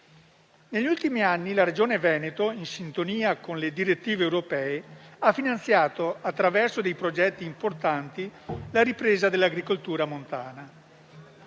Negli ultimi anni la Regione Veneto, in sintonia con le direttive europee, ha finanziato, attraverso progetti importanti, la ripresa dell'agricoltura montana.